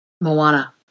moana